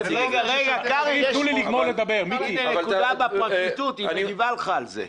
רגע, קרעי, הנה מהפרקליטות, היא מגיבה לך על זה.